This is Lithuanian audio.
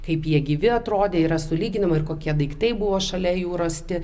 kaip jie gyvi atrodė yra sulyginama ir kokie daiktai buvo šalia jų rasti